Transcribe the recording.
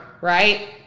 right